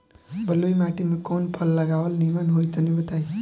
बलुई माटी में कउन फल लगावल निमन होई तनि बताई?